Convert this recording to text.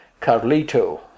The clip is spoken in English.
Carlito